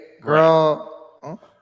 girl